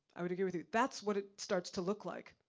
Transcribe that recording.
i would agree with you. that's what it starts to look like.